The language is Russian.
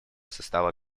состава